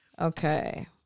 Okay